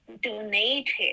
donated